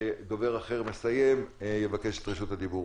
שכשדובר אחר מסיים יבקש את רשות הדיבור.